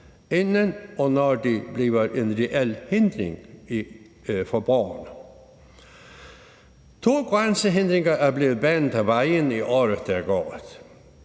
inden de bliver en reel hindring for borgerne. To grænsehindringer er blevet banet af vejen i året,